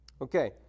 Okay